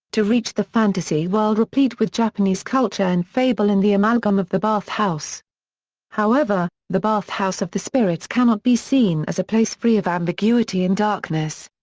to reach the fantasy world replete with japanese culture and fable in the amalgam of the bathhouse. however, the bathhouse of the spirits cannot be seen as a place free of ambiguity and darkness.